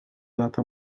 lata